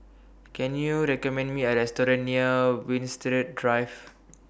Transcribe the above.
Can YOU recommend Me A Restaurant near Winstedt Drive